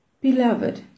Beloved